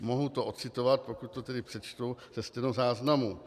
Mohu to ocitovat, pokud to tedy přečtu ze stenozáznamu.